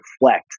reflect